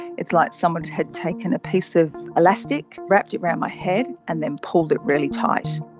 it's like someone had taken a piece of elastic, wrapped it around my head and then pulled it really tight.